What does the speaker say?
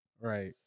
right